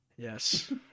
Yes